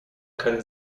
können